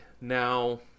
now